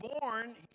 born